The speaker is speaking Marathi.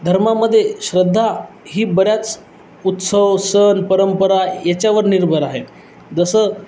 धर्मामध्ये श्रद्धा ही बऱ्याच उत्सव सण परंपरा याच्यावर निर्भर आहे जसं